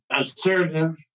assertive